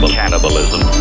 cannibalism